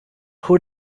who